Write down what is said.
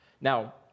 Now